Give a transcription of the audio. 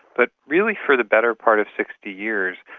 but really for the better part of sixty years,